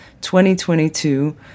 2022